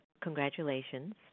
Congratulations